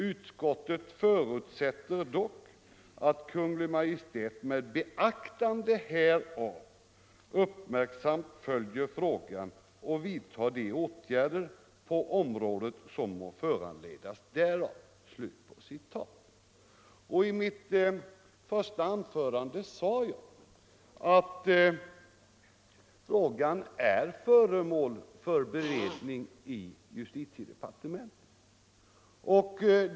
Utskottet förutsätter dock att Kungl. Maj:t med beaktande härav uppmärksamt följer frågan och vidtar de åtgärder på området som må föranledas därav.” I mitt första anförande sade jag att frågan är föremål för beredning i justitiedepartementet.